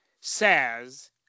says